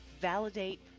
Validate